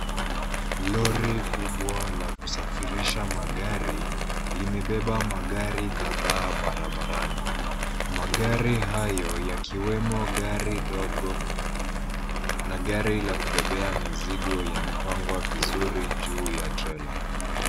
Lori kubwa la kusafirisha magari limebeba magari kadhaa barbarani, magari hayo yakiwemo gari ndogo na gari yakubebea mizigo yamepangwa vizuri juu ya trela.